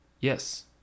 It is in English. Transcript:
yes